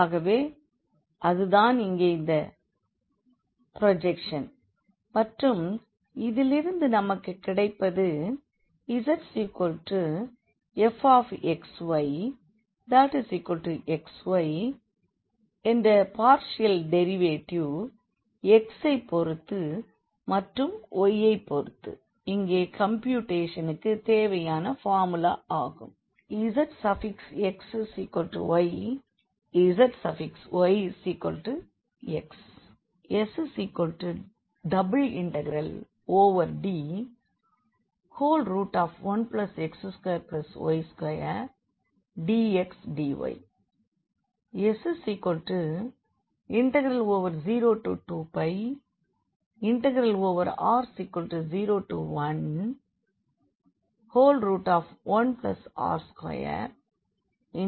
ஆகவே அது தான் இங்கே இந்த ப்ரோஜெக்ஷன் மற்றும் இதிலிருந்து நமக்கு கிடைப்பது zfxyxy என்ற பார்ஷியல் டெரிவேட்டிவ் xஐ பொறுத்து மற்றும் y ஐ பொறுத்து இங்கே கம்பியூட்டேஷனுக்கு தேவையான பார்முலா ஆகும்